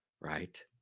right